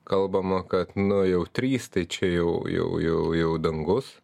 kalbama kad nu jau trys tai čia jau jau jau dangus